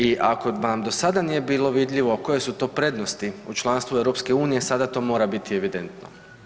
I ako vam do sada nije bilo vidljivo koje su to prednosti u članstvu u EU sada to mora biti evidentno.